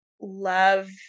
love